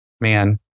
man